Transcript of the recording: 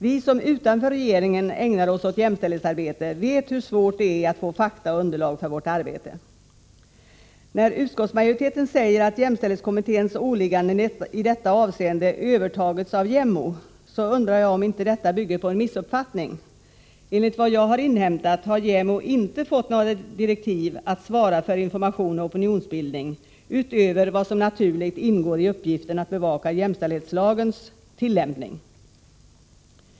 Vi som utanför regeringen ägnar oss åt jämställdhetsarbete vet hur svårt det nu är att få fakta och underlag för vårt arbete. När utskottsmajoriteten säger att jämställdhetskommitténs åligganden i detta avseende övertagits av JämO, undrar jag om inte detta bygger på en missuppfattning. Enligt vad jag inhämtat har JämO inte fått några direktiv att svara för information och opinionsbildning utöver vad som naturligt ingår i uppgiften att bevaka jämställdhetslagens tillämpning.